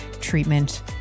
treatment